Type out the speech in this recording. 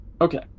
Okay